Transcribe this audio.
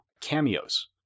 cameos